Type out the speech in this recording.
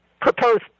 proposed